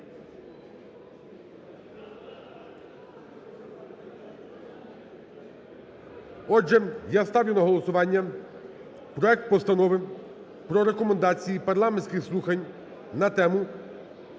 Отже, я ставлю на голосування проект Постанови про Рекомендації Парламентських слухань на тему: